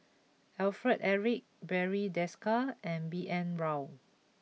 Alfred Eric Barry Desker and B N Rao